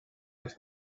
les